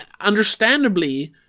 understandably